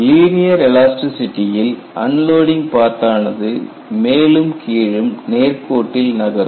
linear elastic சிட்டியில் unloading path ஆனது மேலும் கீழும் நேர்கோட்டில் நகரும்